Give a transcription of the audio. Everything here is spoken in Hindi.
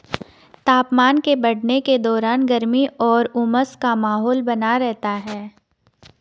तापमान के बढ़ने के दौरान गर्मी और उमस का माहौल बना रहता है